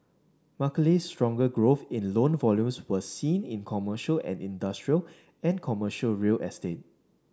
mark stronger growth in loan volumes was seen in commercial and industrial and commercial real estate